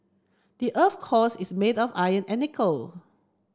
the earth's cores is made of iron and nickel